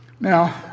Now